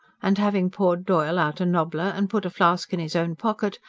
and having poured doyle out a nobbler and put a flask in his own pocket,